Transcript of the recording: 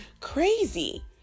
crazy